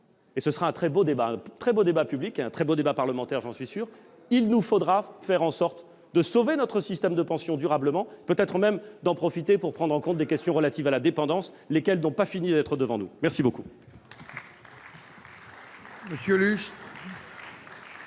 verra un très beau débat public et un très beau débat parlementaire. Il nous faudra faire en sorte de sauver notre système de pensions durablement et, peut-être, en profiter pour prendre en compte des questions relatives à la dépendance, un sujet qui n'a pas fini être devant nous. La parole